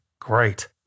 great